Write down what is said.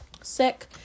sick